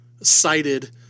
cited